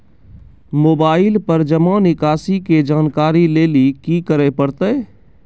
Mobile पर जमा निकासी के जानकरी लेली की करे परतै?